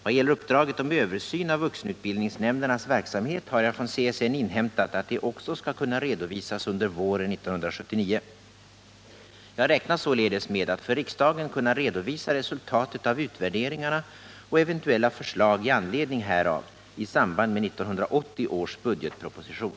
Vad gäller uppdraget om översyn av vuxenutbildningsnämndernas verksamhet har jag från CSN inhämtat att det också skall kunna redovisas under våren 1979. Jag räknar således med att för riksdagen kunna redovisa resultatet av utvärderingarna och eventuella förslag i anledning härav i samband med 1980 års budgetproposition.